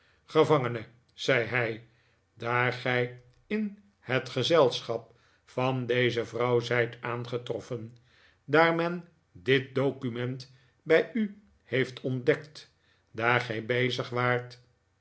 zei hij daar gij in het gezelschap van deze vrouw zijt aangetroffen daar men dit document bij u heeft ontdekt daar gij bezig waart